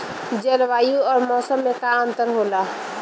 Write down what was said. जलवायु और मौसम में का अंतर होला?